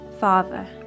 Father